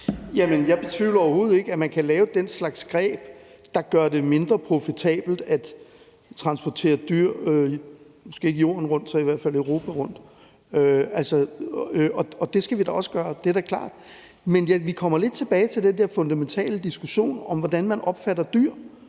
Jeg betvivler overhovedet ikke, at man kan bruge den slags greb, der gør det mindre profitabelt at transportere dyr, måske ikke jorden rundt, men så i hvert fald Europa rundt, og det skal vi også gøre; det er da klart. Men vi kommer lidt tilbage til den fundamentale diskussion om, hvordan man opfatter dyr,